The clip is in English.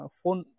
phone